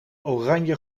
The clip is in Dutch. oranje